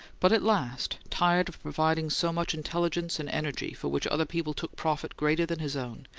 but at last, tired of providing so much intelligence and energy for which other people took profit greater than his own,